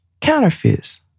counterfeits